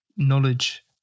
knowledge